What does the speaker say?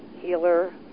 healer